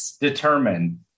determined